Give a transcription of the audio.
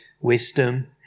wisdom